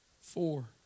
four